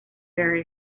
very